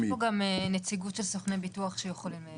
יש פה גם נציגות של סוכני ביטוח, שיכולים להסביר.